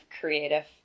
creative